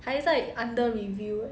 还在 under review